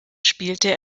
spielte